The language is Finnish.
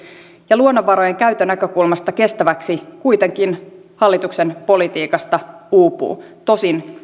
ja luonnonvarojen käytön näkökulmasta kestäväksi kuitenkin hallituksen politiikasta uupuu tosin